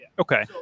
Okay